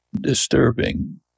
disturbing